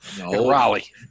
Raleigh